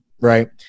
right